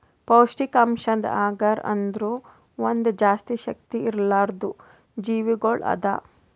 ಪೌಷ್ಠಿಕಾಂಶದ್ ಅಗರ್ ಅಂದುರ್ ಒಂದ್ ಜಾಸ್ತಿ ಶಕ್ತಿ ಇರ್ಲಾರ್ದು ಜೀವಿಗೊಳ್ ಅದಾ